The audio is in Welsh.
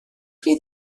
fydd